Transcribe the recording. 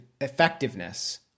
effectiveness